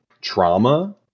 trauma